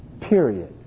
Period